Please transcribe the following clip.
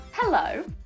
Hello